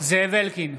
זאב אלקין,